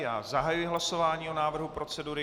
Já zahajuji hlasování o návrhu procedury.